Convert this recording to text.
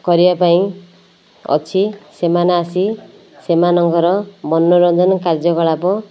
କରିବା ପାଇଁ ଅଛି ସେମାନେ ଆସି ସେମାନଙ୍କର ମନୋରଞ୍ଜନ କାର୍ଯ୍ୟକଳାପ